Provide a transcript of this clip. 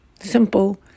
Simple